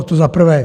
To za prvé.